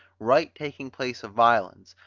right taking place of violence,